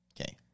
Okay